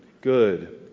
Good